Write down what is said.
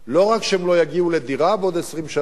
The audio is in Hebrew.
לא רק שהם לא יגיעו לדירה בעוד 20 שנה,